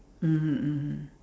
mmhmm mmhmm